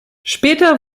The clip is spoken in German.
später